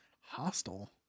Hostile